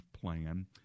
plan